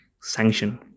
sanction